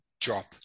drop